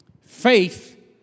Faith